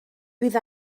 bydd